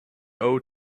owe